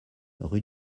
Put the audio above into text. rue